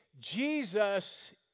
Jesus